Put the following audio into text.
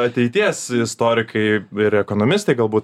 ateities istorikai ir ekonomistai galbūt